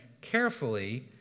carefully